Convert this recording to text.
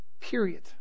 Period